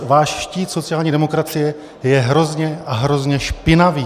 Váš štít sociální demokracie je hrozně, hrozně špinavý.